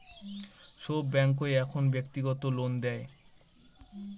সব ব্যাঙ্কই এখন ব্যক্তিগত লোন দেয়